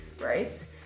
right